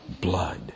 blood